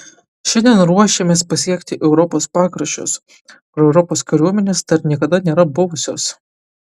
šiandien ruošėmės pasiekti europos pakraščius kur europos kariuomenės dar niekada nėra buvusios